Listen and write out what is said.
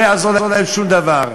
לא יעזור להם שום דבר.